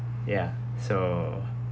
ya so